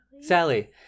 Sally